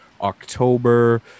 October